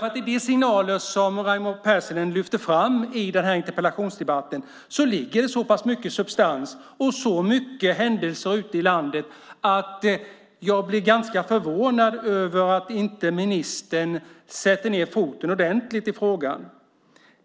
I de signaler som Raimo Pärssinen lyfte fram i den här interpellationsdebatten finns det så mycket substans från så många händelser ute i landet att jag blir ganska förvånad över att ministern inte sätter ned foten ordentligt i frågan.